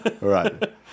Right